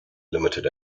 limited